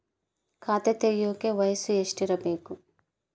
ಖಾತೆ ತೆಗೆಯಕ ವಯಸ್ಸು ಎಷ್ಟಿರಬೇಕು?